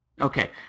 Okay